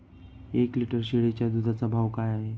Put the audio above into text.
एक लिटर शेळीच्या दुधाचा भाव काय आहे?